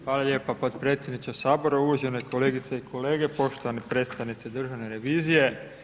Hvala lijepo potpredsjedniče Sabora, uvažene kolegice i kolege, poštovani predstavnici Državne revizije.